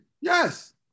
yes